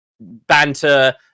banter